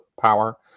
power